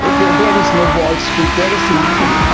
there there is no wall street, there is nothing. ah